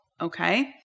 Okay